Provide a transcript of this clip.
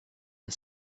and